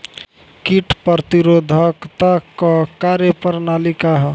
कीट प्रतिरोधकता क कार्य प्रणाली का ह?